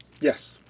Yes